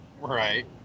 Right